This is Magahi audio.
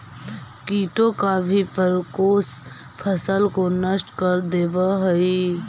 कीटों का भी प्रकोप फसल को नष्ट कर देवअ हई